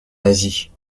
asie